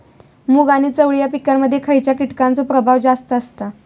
मूग आणि चवळी या पिकांमध्ये खैयच्या कीटकांचो प्रभाव जास्त असता?